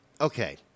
okay